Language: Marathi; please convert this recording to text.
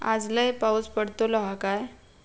आज लय पाऊस पडतलो हा काय?